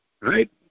Right